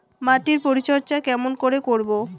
মাটির পরিচর্যা কেমন করে করব?